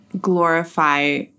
glorify